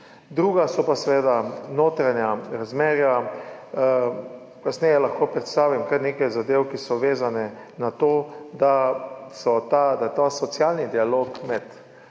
drugo pa so seveda notranja razmerja. Kasneje lahko predstavim kar nekaj zadev, ki so vezane na to, da je ta socialni dialog med